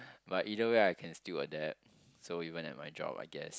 but either way I can still adapt so even at my job I guess